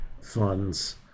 funds